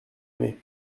aimé